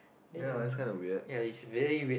then ya is very weird